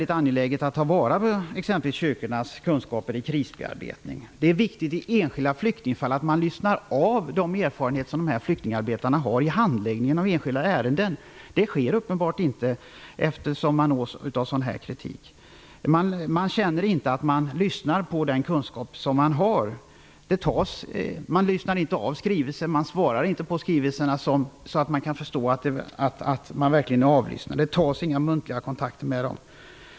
Det är angeläget att ta vara på exempelvis kyrkornas kunskaper om krisbearbetning. Det är viktigt att man i handläggningen av enskilda flyktingfall lyssnar på den erfarenhet som dessa flyktingarbetare har. Så sker uppenbarligen inte, eftersom vi nås av kritik av detta slag. De som arbetar ute i frivilligorganisationerna känner inte att man lyssnar på deras kunskap. Man svarar inte på skrivelser så att de som skrivit dem förstår att man verkligen lyssnar på dem. Det tas inga muntliga kontakter.